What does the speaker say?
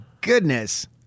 goodness